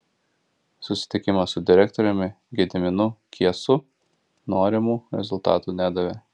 susitikimas su direktoriumi gediminu kiesu norimų rezultatų nedavė